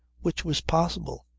which was possible.